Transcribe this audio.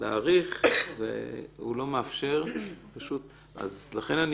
להאריך והוא לא מאפשר אז לכן,